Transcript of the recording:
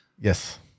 Yes